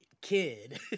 kid